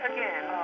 Again